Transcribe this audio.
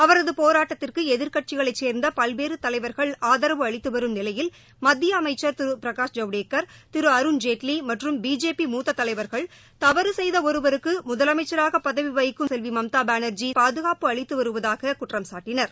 அவரது போராட்டத்திற்கு எதிர்க்கட்சிகளைச் சேர்ந்த பல்வேறு தலைவர்கள் ஆதரவு அளித்து வரும் நிலையில் மத்திய அமைச்சர் திரு பிரகாஷ் ஜவ்டேக்கர் திரு அருண்ஜேட்லி மற்றும் பிஜேபி மூத்த தலைவர்கள் தவறு செய்த ஒருவருக்கு முதலமைச்சராக பதவி வகிக்கும் செல்வி மம்தா பானர்ஜி பாதுகாப்பு அளித்து வருவதாகக் குற்றம்சாட்டினர்